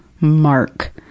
mark